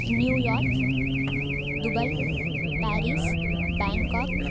New York Dubai Paris Bangkok